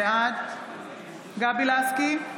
בעד גבי לסקי,